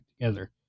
together